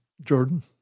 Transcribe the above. Jordan